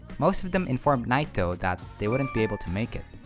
most of them informed naito that they wouldn't be able to make it.